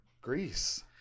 Greece